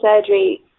surgery